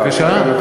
בבקשה.